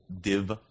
div